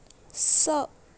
स